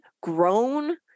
grown